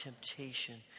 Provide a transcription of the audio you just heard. temptation